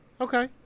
Okay